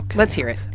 let's hear it.